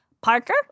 Parker